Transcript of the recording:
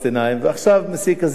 ועכשיו מסיק הזיתים.